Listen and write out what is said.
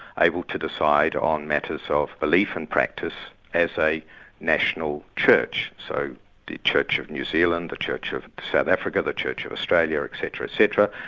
able to decide on matters so of belief and practice as a national church. so the church of new zealand, the church of south africa, the church of australia, etc. etc.